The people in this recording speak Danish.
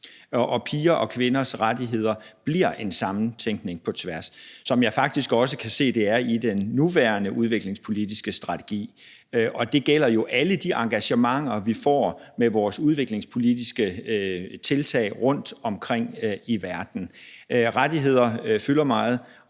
Og piger og kvinders rettigheder bliver en sammentænkning på tværs, som jeg faktisk også kan se at det er i den nuværende udviklingspolitiske strategi. Og det gælder jo alle de engagementer, vi får med vores udviklingspolitiske tiltag rundtomkring i verden. Rettigheder fylder meget,